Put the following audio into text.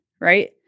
right